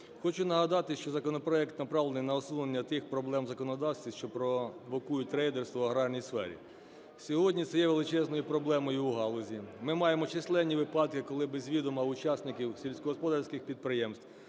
Хочу нагадати, що законопроект направлений на усунення тих проблем в законодавстві, що провокують рейдерство в аграрній сфері. Сьогодні це є величезною проблемою у галузі. Ми маємо численні випадки, коли без відома учасників сільськогосподарських підприємств